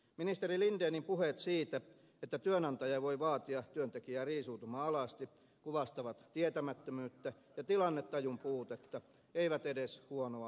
ministeri lindenin puheet siitä että työnantaja voi vaatia työntekijää riisuutumaan alasti kuvastavat tietämättömyyttä ja tilannetajun puutetta eivät edes huonoa huumorintajua